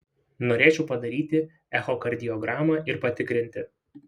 norėčiau padaryti echokardiogramą ir patikrinti